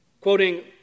quoting